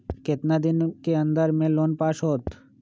कितना दिन के अन्दर में लोन पास होत?